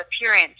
appearance